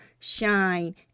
shine